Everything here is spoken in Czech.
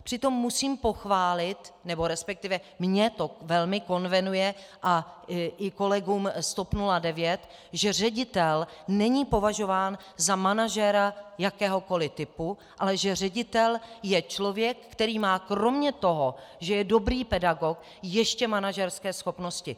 Přitom musím pochválit, resp. mně to velmi konvenuje a i kolegům z TOP 09, že ředitel není považován za manažera jakéhokoliv typu, ale že ředitel je člověk, který má kromě toho, že je dobrý pedagog, ještě manažerské schopnosti.